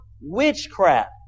witchcraft